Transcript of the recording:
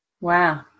wow